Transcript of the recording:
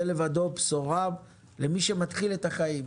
זה לבדו בשורה למי שמתחיל את החיים.